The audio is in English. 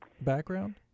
background